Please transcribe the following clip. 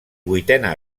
vuitena